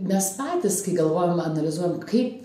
nes patys kai galvojam analizuojam kaip